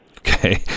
Okay